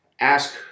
ask